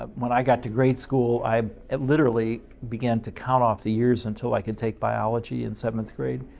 ah when i got to grade school i literally began to count off the years until i could take biology in seventh grade.